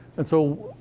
and so.